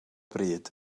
bryd